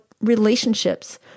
relationships